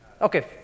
Okay